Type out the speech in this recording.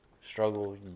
struggle